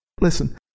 Listen